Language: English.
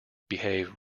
behave